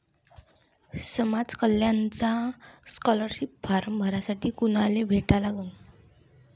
समाज कल्याणचा scholarship form भरासाठी कुनाले भेटा लागन?